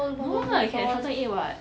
no lah you can shorten it [what]